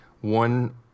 one